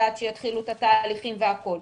עד שיתחילו את התהליכים והכול.